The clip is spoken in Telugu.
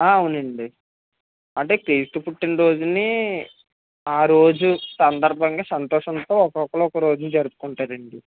అవునండి అంటే క్రీస్తు పుట్టిన రోజుని ఆ రోజు సందర్భంగా సంతోషంతో ఒక్కొక్కళ్ళు ఒక్కో రోజు జరుపుకుంటారండి